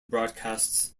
broadcasts